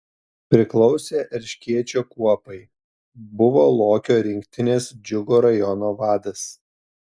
priklausė erškėčio kuopai buvo lokio rinktinės džiugo rajono vadas